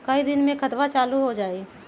कई दिन मे खतबा चालु हो जाई?